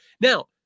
Now